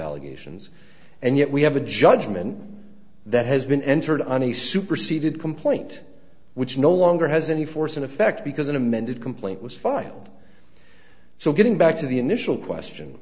allegations and yet we have a judgment that has been entered on a superseded complaint which no longer has any force in effect because an amended complaint was filed so getting back to the initial question